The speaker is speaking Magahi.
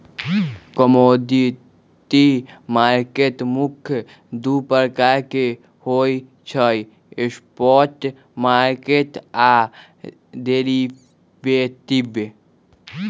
कमोडिटी मार्केट मुख्य दु प्रकार के होइ छइ स्पॉट मार्केट आऽ डेरिवेटिव